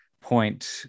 point